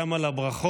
גם על הברכות,